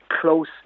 close